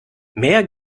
mehr